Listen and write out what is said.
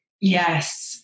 yes